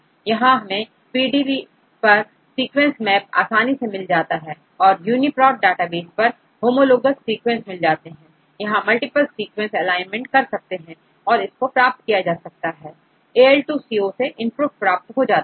यहां हमें PDB पर सीक्विंस मैप आसानी से मिल जाता है औरUniProt database पर होमोलोगस सीक्वेंसेस मिल जाते हैं यहां मल्टीपल सीक्वेंस एलाइनमेंट कर सकते हैं और इसको प्राप्त कर सकते हैंAL2CO से इनपुट प्राप्त हो जाता है